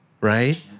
right